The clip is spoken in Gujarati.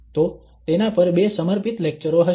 તો તેના પર બે સમર્પિત લેક્ચરો હશે